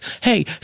Hey